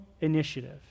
initiative